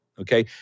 okay